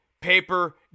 paper